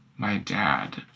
my dad,